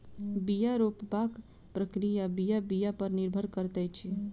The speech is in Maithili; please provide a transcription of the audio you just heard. बीया रोपबाक प्रक्रिया बीया बीया पर निर्भर करैत अछि